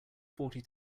forty